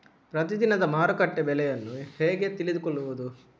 ಪ್ರತಿದಿನದ ಮಾರುಕಟ್ಟೆ ಬೆಲೆಯನ್ನು ಹೇಗೆ ತಿಳಿದುಕೊಳ್ಳುವುದು?